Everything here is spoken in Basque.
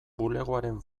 bulegoaren